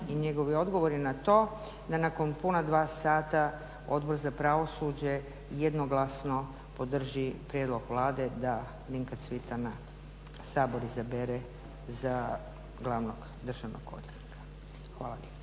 i njegovi odgovori na to da nakon puna dva sata Odbor za pravosuđe jednoglasno podrži prijedlog Vlade da Dinka Cvitana Sabor izabere za glavnog državnog odvjetnika. Hvala lijepo.